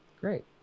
great